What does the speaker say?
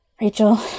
Rachel